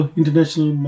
International